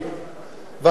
הדבר האחרון,